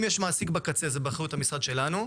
אם יש מעסיק בקצה זה באחריות המשרד שלנו,